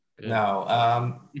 No